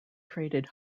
traded